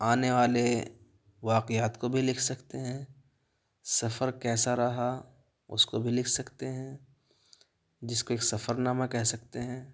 آنے والے واقعات کو بھی لکھ سکتے ہیں سفر کیسا رہا اس کو بھی لکھ سکتے ہیں جس کو ایک سفرنامہ کہہ سکتے ہیں